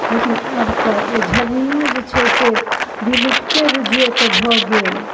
लेकिन आब तऽ ओ झरनीओ जे छै से विलुप्ते बुझियौ तऽ भऽ गेल